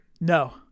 No